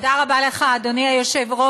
תודה רבה לך, אדוני היושב-ראש.